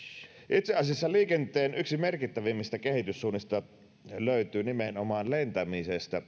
itse asiassa liikenteen yksi merkittävimmistä kehityssuunnista tulevaisuudessa löytyy nimenomaan lentämisestä